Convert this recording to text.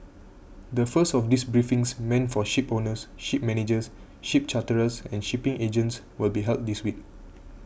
the first of these briefings meant for shipowners ship managers ship charterers and shipping agents will be held this week